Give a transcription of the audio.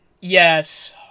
Yes